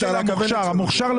באשר למוכש"ר,